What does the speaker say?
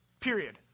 Period